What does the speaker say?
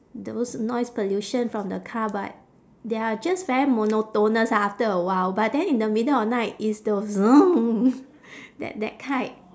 those noise pollution from the car but they are just very monotonous ah after a while but then in the middle of night it's those that that type